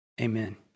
amen